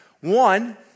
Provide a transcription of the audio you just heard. One